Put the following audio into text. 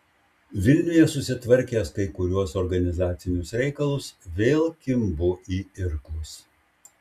vilniuje susitvarkęs kai kuriuos organizacinius reikalus vėl kimbu į irklus